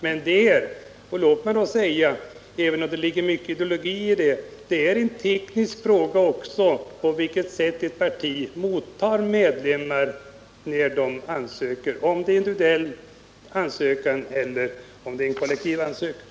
Men det är — även om det ligger mycket ideologi i det — en teknisk fråga på vilket sätt ett parti mottar medlemmar, om det gäller en individuell ansökan eller om det är fråga om en kollektiv ansökan.